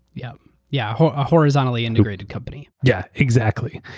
yeah yeah. a horizontally-integrated company. yeah, exactly.